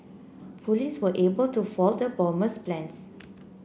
police were able to foil the bomber's plans